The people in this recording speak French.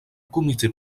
comité